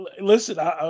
Listen